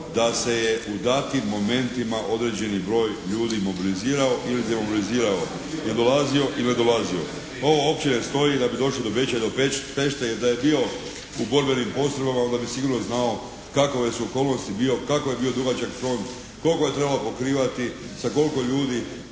da se je u datim momentima određeni broj ljudi mobilizirao ili demobilizirao, jel dolazio ili ne dolazio. Ovo uopće ne stoji da bi došli do Beča ili Pešte. Jer da je bio u borbenim postrojbama onda bi sigurno znao kakove su okolnosti bio, kakav je dugačak bio front, koliko je trebalo pokrivati, sa koliko ljudi